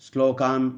श्लोकान्